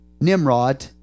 Nimrod